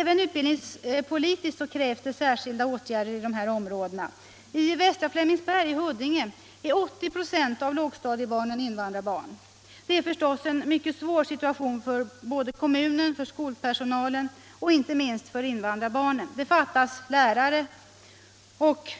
Även utbildningspolitiskt krävs särskilda åtgärder i dessa områden. I västra Flemingsberg i Huddinge är 80 96 av lågstadiebarnen invandrarbarn. Det är förstås en mycket svår situation både för kommunen, för skolpersonalen och inte minst för invandrarbarnen. Det fattas lärare.